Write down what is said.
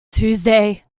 tuesday